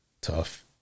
Tough